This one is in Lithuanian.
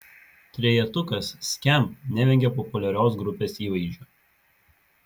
trejetukas skamp nevengia populiarios grupės įvaizdžio